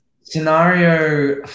Scenario